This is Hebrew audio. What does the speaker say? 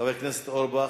חבר הכנסת אורבך?